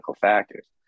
factors